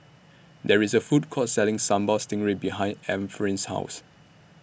There IS A Food Court Selling Sambal Stingray behind Ephraim's House